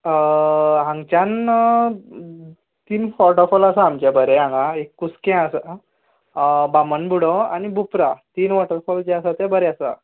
हांगच्यान तीन वॉटरफोल आसा आमचे बरे हांगा एक कुस्कें आसा बामनबुडो आनी बुपरा तीन वॉटरफोल जे आसा ते बरे आसा